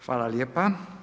Hvala lijepa.